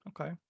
Okay